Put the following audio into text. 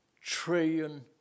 trillion